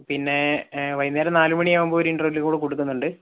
പിന്നേ വൈകുന്നേരം നാലുമണിയാകുമ്പോൾ ഒരു ഇന്റർവെല്ലും കൂടെ കൊടുക്കുന്നുണ്ട്